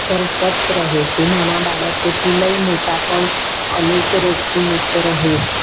ઘર સ્વચ્છ રહે છે નાના બાળકોથી લઈને મોટા પણ અનેક રોગથી મુક્ત રહે છે